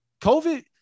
COVID